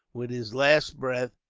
with his last breath,